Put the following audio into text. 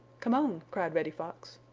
come on! cried reddy fox,